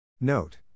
Note